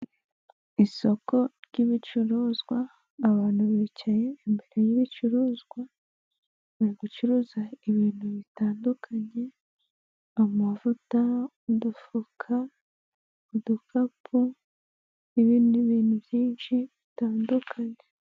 Isoko ry'ibicuruzwa, abantu bicaye imbere y'ibicuruzwa, bari gucuruza ibintu bitandukanye, amavuta, udufuka, udukapu n'ibindi bintu byinshi bitandukanye.